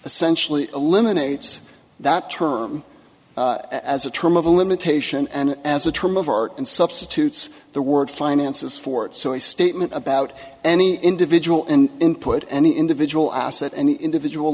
essentially eliminates that term as a term of limitation and as a term of art in substitutes the word finances fort so a statement about any individual and input any individual asset any individual